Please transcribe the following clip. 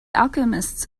alchemists